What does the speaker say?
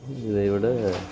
இதை விட